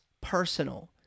personal